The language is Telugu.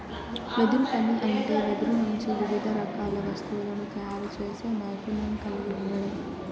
వెదురు పని అంటే వెదురు నుంచి వివిధ రకాల వస్తువులను తయారు చేసే నైపుణ్యం కలిగి ఉండడం